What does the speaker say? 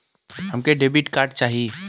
हमके debit card चाही?